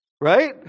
Right